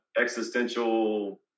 existential